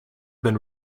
been